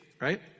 right